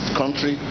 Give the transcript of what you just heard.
country